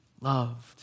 loved